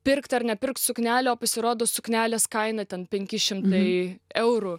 pirkt ar nepirkt suknelę o pasirodo suknelės kaina ten penki šimtai eurų